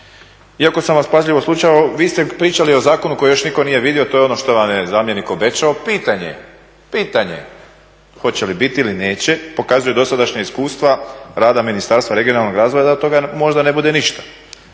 Iako sam vas pažljivo slušao vi ste pričali o zakonu koji još nitko nije vidio, to je ono što vam je zamjenik obećao. Pitanje je hoće li biti ili neće. Pokazuju dosadašnja iskustva rada Ministarstva regionalnog razvoja da od toga možda ne bude ništa.